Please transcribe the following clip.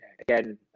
again